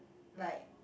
like